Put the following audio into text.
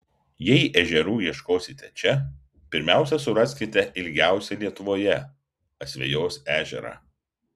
jei ežerų ieškosite čia pirmiausia suraskite ilgiausią lietuvoje asvejos ežerą